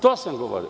To sam govorio.